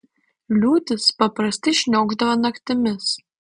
liūtys paprastai šniokšdavo naktimis